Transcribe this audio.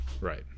Right